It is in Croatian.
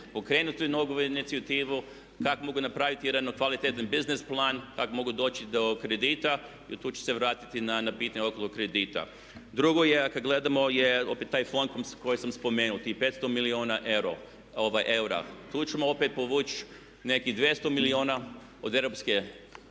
pokrenuti tu novu inicijativu, kak mogu napraviti jedan kvalitetan biznis plan, kak mogu doći do kredita i evo tu ću se vratiti na pitanje oko kredita. Drugo je kad gledamo je taj … font koji sam spomenuo tih 500 milijuna eura. Tu ćemo opet povući nekih 200 milijuna od Europskih